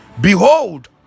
Behold